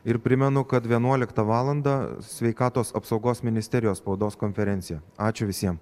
ir primenu kad vienuoliktą valandą sveikatos apsaugos ministerijos spaudos konferencija ačiū visiem